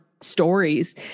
stories